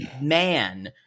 man